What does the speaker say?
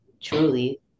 truly